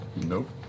Nope